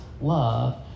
love